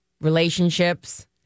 relationships